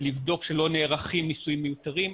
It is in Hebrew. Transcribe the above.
לבדוק שלא נערכים ניסויים מיותרים,